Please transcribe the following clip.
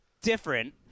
Different